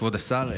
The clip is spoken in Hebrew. כבוד השר,